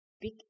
Big